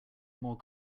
more